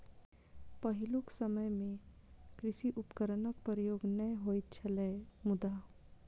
पहिलुक समय मे कृषि उपकरणक प्रयोग नै होइत छलै मुदा